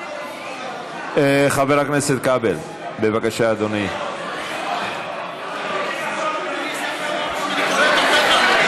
7 והוראת שעה) (שירות במשטרה ושירות מוכר) (תיקון מס' 16),